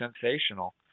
sensational